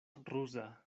ruza